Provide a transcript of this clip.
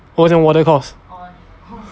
我讲我的 course